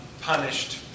punished